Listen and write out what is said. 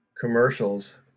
commercials